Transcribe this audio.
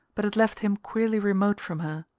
but it left him queerly remote from her,